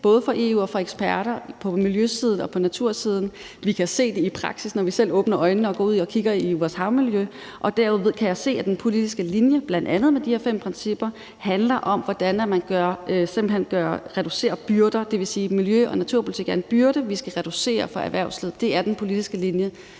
både fra EU og fra eksperter, på miljøsiden og på natursiden. Vi kan se det i praksis, når vi selv åbner øjnene og går ud og kigger på vores havmiljø. Og der kan jeg se, at den politiske linje, bl.a. med de her fem principper, handler om, hvordan man simpelt hen reducerer byrder, og det vil sige, at miljø- op naturpolitik er en byrde, vi skal reducere for erhvervslivet. Det er den politiske linje,